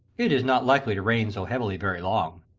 it is not likely to rain so heavily very long.